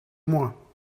moi